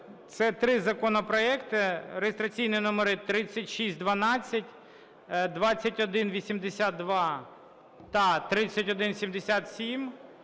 Це три законопроекти реєстраційні номери 3612, 2182 та 3177,